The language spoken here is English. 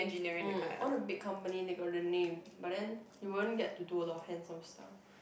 mm all the big company they got the name but then you won't get to do a lot of hands on stuff